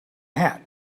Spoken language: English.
hat